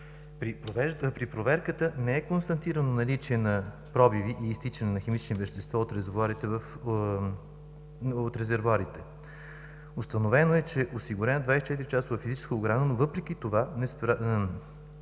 при проверката не е констатирано наличие на пробиви и изтичане на химични вещества от резервоарите. Установено е, че е осигурена 24-часова физическа охрана, но въпреки това